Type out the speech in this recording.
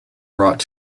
brought